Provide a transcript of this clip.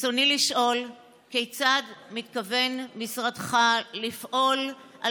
רצוני לשאול: כיצד מתכוון משרדך לפעול על